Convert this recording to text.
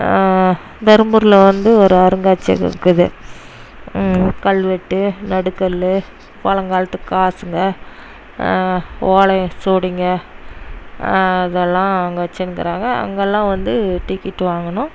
தருமபுரியில் வந்து ஒரு அருங்காட்சியகம் இருக்குது கல்வெட்டு நடுக்கல் பழங்காலத்து காசுங்க ஓலை சுவடிங்கள் அதெல்லாம் அங்கே வச்சுனு இருக்கிறாங்க அங்கெல்லாம் வந்து டிக்கெட்டு வாங்கணும்